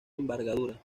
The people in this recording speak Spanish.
envergadura